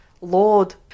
Lord